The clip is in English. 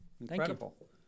Incredible